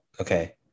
Okay